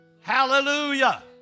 Hallelujah